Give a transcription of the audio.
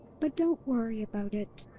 but don't worry about it.